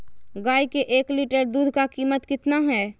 गाय के एक लीटर दूध का कीमत कितना है?